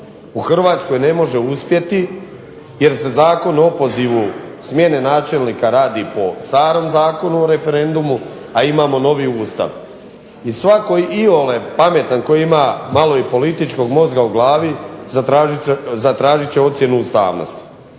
u Hrvatskoj ne može uspjeti, jer se Zakon o opozivu smjene načelnika radi po starom Zakonu o referendumu, a imamo novi Ustav. I svatko iole pametan tko ima malo i političkog mozga u glavi zatražit će ocjenu ustavnosti.